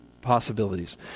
possibilities